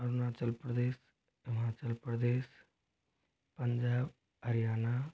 Arunachal Pradesh Himachal Pradesh Punjab Haryana